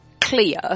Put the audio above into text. clear